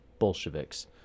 Bolsheviks